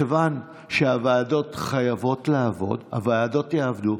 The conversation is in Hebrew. מכיוון שהוועדות חייבות לעבוד, הוועדות יעבדו.